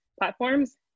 platforms